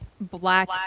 black